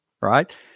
right